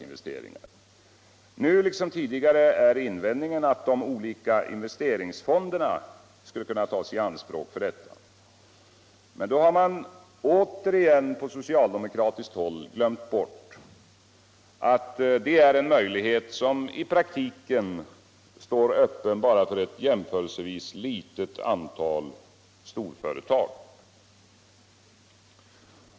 Nu liksom tidigare är invändningen att de olika investeringsfonderna skulle kunna tas i anspråk för detta. Men då har man på socialdemokratiskt håll på nytt glömt bort, att det är en möjlighet som i praktiken bara står öppen för ett jämförelsevis litet antal storföretag.